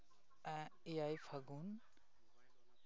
ᱮᱭᱟᱭ ᱯᱷᱟᱹᱜᱩᱱ